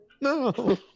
No